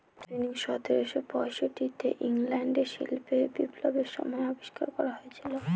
spinning সতেরোশো পয়ষট্টি তে ইংল্যান্ডে শিল্প বিপ্লবের সময় আবিষ্কার করা হয়েছিল